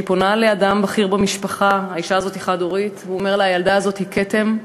וכשהיא פונה לאדם בכיר במשפחה הוא אומר לה: הילדה הזאת היא כתם,